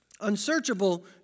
Unsearchable